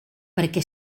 perquè